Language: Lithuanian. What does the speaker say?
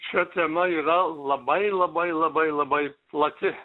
šia tema yra labai labai labai labai plati